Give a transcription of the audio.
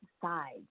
side